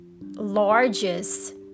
largest